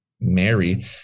Mary